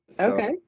Okay